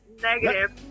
Negative